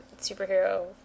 superhero